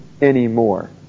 anymore